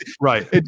right